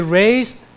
raised